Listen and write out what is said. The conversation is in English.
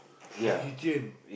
the kitchen